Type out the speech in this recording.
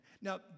Now